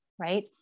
right